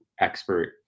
expert